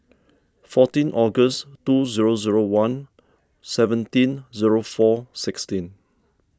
fourteen August two zero zero one seventeen four sixteen